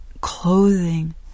clothing